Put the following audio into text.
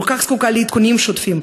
כל כך זקוקה לעדכונים שוטפים,